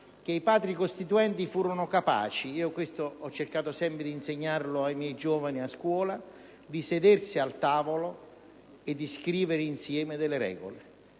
i Padri costituenti furono capaci - questo ho cercato sempre di insegnarlo ai giovani della mia scuola - di sedersi al tavolo e scrivere insieme delle regole.